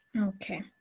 okay